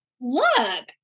Look